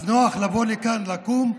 אז נוח לבוא לכאן, לקום,